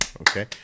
Okay